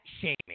shaming